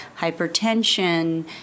hypertension